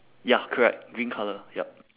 ya correct green colour yup